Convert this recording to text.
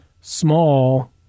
small